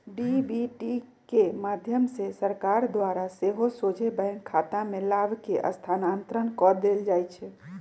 DBT के माध्यम से सरकार द्वारा सेहो सोझे बैंक खतामें लाभ के स्थानान्तरण कऽ देल जाइ छै